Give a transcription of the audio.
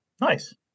Nice